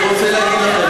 אני רוצה להגיד לכם,